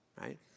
right